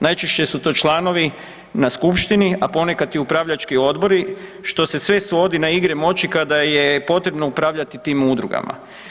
Najčešće su to članovi na skupštini, a ponekad i upravljački odbori, što se sve svodi na igre moći kada je potrebno upravljati tim udrugama.